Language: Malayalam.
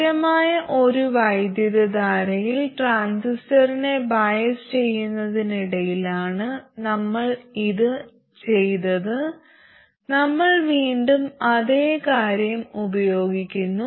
സ്ഥിരമായ ഒരു വൈദ്യുതധാരയിൽ ട്രാൻസിസ്റ്ററിനെ ബയസ് ചെയ്യുന്നതിനിടയിലാണ് നമ്മൾ ഇത് ചെയ്തത് നമ്മൾ വീണ്ടും അതേ കാര്യം ഉപയോഗിക്കുന്നു